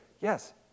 yes